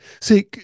see